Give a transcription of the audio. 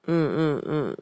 mm mm mm